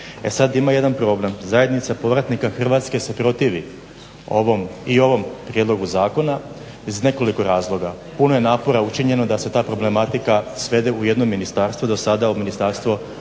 E sad ima jedan problem, zajednica povratnika Hrvatske se protivi i ovom prijedlogu zakona iz nekoliko razloga. Puno je napora učinjeno da se ta problematika svede u jedno ministarstvo, do sada u Ministarstvo